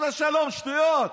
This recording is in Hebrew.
חס ושלום, שטויות.